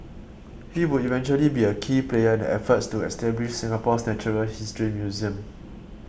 he would eventually be a key player in the efforts to establish Singapore's natural history museum